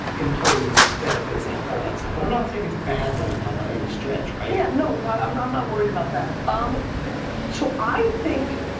employees, benefits, like all that stuff. and i'm not saying it's bad right now, by any stretch, right? yeah, no. i'm not i'm not worried about that. um so i think,